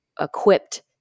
equipped